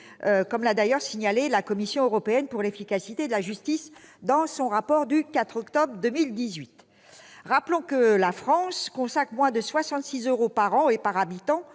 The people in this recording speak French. comme l'a d'ailleurs signalé la Commission européenne pour l'efficacité de la justice dans son rapport du 4 octobre 2018. Rappelons que la France dépense moins de 66 euros par an et par habitant